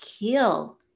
kill